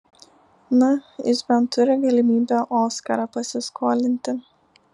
na jis bent turi galimybę oskarą pasiskolinti